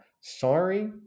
Sorry